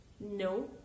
No